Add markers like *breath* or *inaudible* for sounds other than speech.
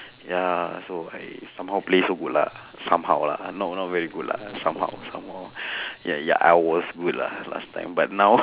*breath* ya so I somehow play so good lah somehow lah not not very good lah somehow somehow *breath* ya ya I was good lah last time but now *laughs*